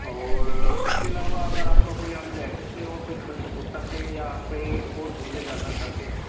और इसके अलावा अगर आपका कोई अननैसेसरी और कोई खर्च होता है या आप कहीं और घूमने जाना जाते हैं